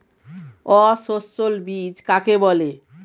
অসস্যল বীজ কাকে বলে?